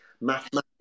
mathematics